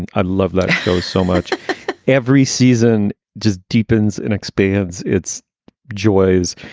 and i love that show so much every season just deepens and expands its joys.